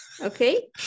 okay